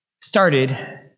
started